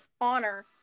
honor